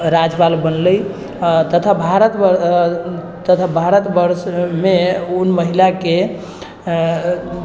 राज्यपाल बनलै तथा भारतवर्ष तथा भारतवर्षमे ओ महिलाके